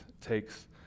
takes